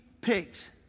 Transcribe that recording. pigs